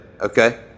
okay